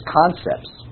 concepts